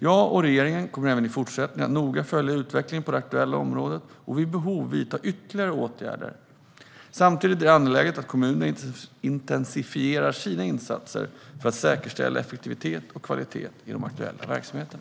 Jag och regeringen kommer även i fortsättningen att noga följa utvecklingen på det aktuella området och vid behov vidta ytterligare åtgärder. Samtidigt är det angeläget att kommunerna intensifierar sina insatser för att säkerställa effektivitet och kvalitet i de aktuella verksamheterna.